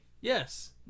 Yes